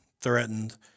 threatened